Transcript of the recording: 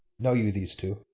know you these two?